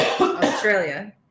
australia